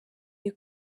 you